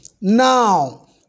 Now